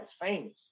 famous